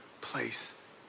place